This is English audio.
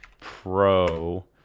pro